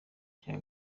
kigega